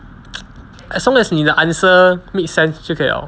as long as 你的 answer make sense 就可以了